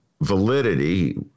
validity